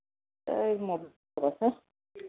sir ఇది mobile షాపా sir